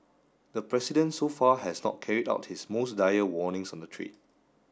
the president so far has not carried out his most dire warnings on the trade